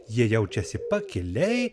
jie jaučiasi pakiliai